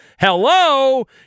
Hello